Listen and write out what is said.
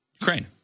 Ukraine